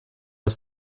das